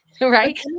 right